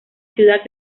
ciudad